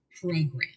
program